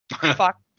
Fuck